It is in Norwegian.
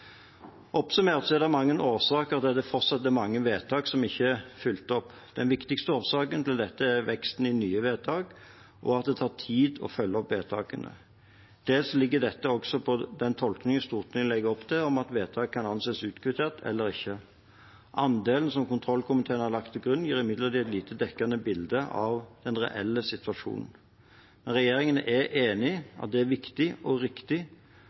Oppsummert er det mange årsaker til at det fortsatt er mange vedtak som ikke er fulgt opp. Den viktigste årsaken er veksten i nye vedtak og at det tar tid å følge dem opp. Dels ligger dette også på den tolkningen Stortinget legger opp til, om vedtak kan anses utkvittert eller ikke. Andelen som kontrollkomiteen har lagt til grunn, gir imidlertid et lite dekkende bilde av den reelle situasjonen. Regjeringen er enig i at det er viktig og riktig